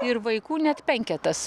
ir vaikų net penketas